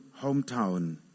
hometown